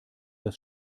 das